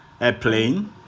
Airplane